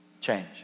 change